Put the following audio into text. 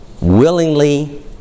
willingly